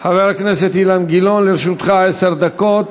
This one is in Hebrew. חבר הכנסת אילן גילאון, לרשותך עשר דקות.